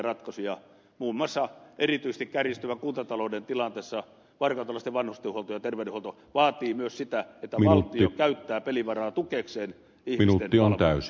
muun muassa kärjistyvän kuntatalouden tilanteessa erityisesti varkautelaisten vanhustenhuolto ja terveydenhuolto vaatii myös sitä että valtio käyttää pelivaraa tukeakseen ihmisten palveluja